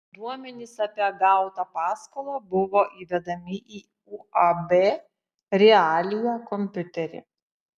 duomenys apie gautą paskolą buvo įvedami į uab realija kompiuterį